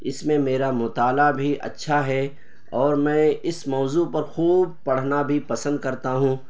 اس میں میرا مطالعہ بھی اچھا ہے اور میں اس موضوع پر خوب پڑھنا بھی پسند کرتا ہوں